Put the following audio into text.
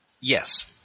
Yes